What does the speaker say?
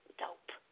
dope